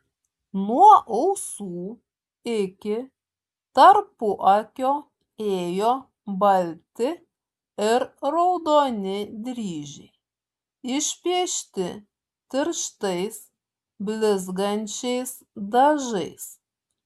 nuo ausų iki tarpuakio ėjo balti ir raudoni dryžiai išpiešti tirštais blizgančiais dažais